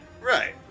right